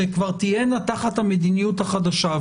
שכבר תהיינה תחת המדיניות החדשה.